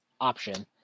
option